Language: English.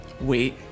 wait